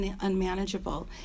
unmanageable